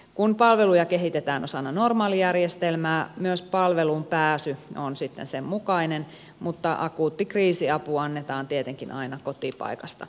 kun palveluja kehitetään osana normaalijärjestelmää myös palveluun pääsy on sitten sen mukainen mutta akuutti kriisiapu annetaan tietenkin aina kotipaikasta riippumatta